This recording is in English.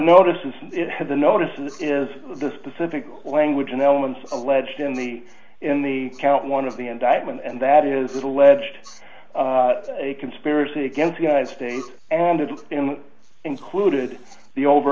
notices it had the notices is the specific language and elements alleged in the in the count one of the indictment and that is alleged a conspiracy against the united states and it included the over